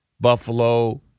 Buffalo